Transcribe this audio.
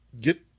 get